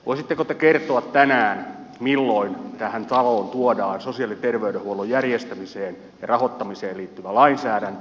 voisitteko te kertoa tänään milloin tähän taloon tuodaan sosiaali ja terveydenhuollon järjestämiseen ja rahoittamiseen liittyvä lainsäädäntö